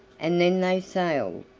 and then they sailed,